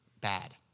bad